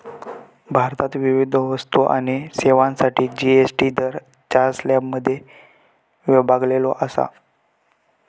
भारतात विविध वस्तू आणि सेवांसाठीचो जी.एस.टी दर चार स्लॅबमध्ये विभागलेलो असा